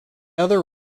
other